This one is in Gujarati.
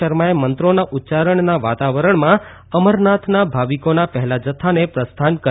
શર્માએ મંત્રોના ઉચ્ચારણના વાતાવરણમાં અમરનાથના ભાવિકોના પહેલા જથ્થાને પ્રસ્થાન કરાવ્યું હતું